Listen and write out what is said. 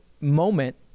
moment